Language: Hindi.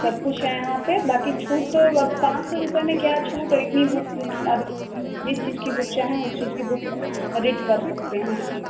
सब कुछ हैं यहाँ पे बाकि छूट अब पाँच सौ रुपए में क्या छूट इतनी बुक्स अब जिस चीज की बुक चाहें उस चीज की बुक रीड कर सकते हैं